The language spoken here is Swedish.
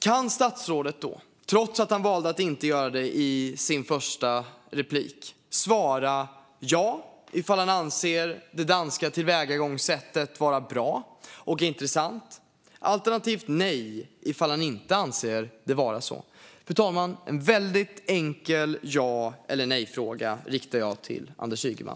Kan statsrådet, trots att han valde att inte göra det i sitt interpellationssvar, svara ja ifall han anser det danska tillvägagångssättet vara bra och intressant, alternativt nej ifall han inte anser det vara så? Fru talman! En väldigt enkel ja eller nejfråga riktar jag till Anders Ygeman.